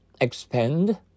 expand